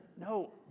no